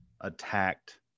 attacked